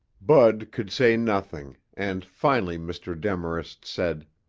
bud could say nothing, and finally mr. demarest said,